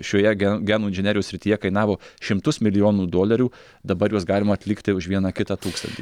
šioje gen genų inžinerijos srityje kainavo šimtus milijonų dolerių dabar juos galima atlikti už vieną kitą tūkstantį